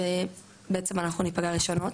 בעצם אנחנו ניפגע ראשונות.